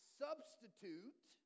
substitute